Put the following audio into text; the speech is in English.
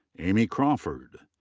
amy crawford.